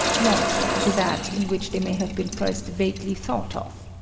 not to that in which they may have been first vaguely thought of.